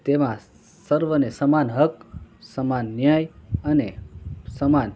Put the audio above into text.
તેમાં સર્વને સમાન હક સમાન ન્યાય અને સમાન